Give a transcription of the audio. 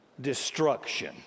destruction